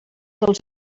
dels